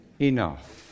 enough